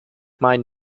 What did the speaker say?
mine